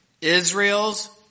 Israel's